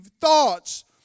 thoughts